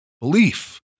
belief